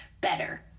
better